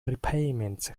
repayments